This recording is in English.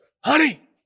honey